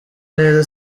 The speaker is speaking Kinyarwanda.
neza